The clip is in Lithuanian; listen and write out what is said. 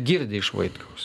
girdi iš vaitkaus